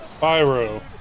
Pyro